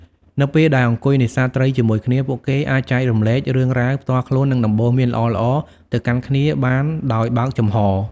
នៅពេលដែលអង្គុយនេសាទត្រីជាមួយគ្នា ពួកគេអាចចែករំលែករឿងរ៉ាវផ្ទាល់ខ្លួននិងដំបូន្មានល្អៗទៅកាន់គ្នាបានដោយបើកចំហរ។